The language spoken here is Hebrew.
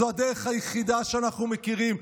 זו הדרך היחידה שאנחנו מכירים.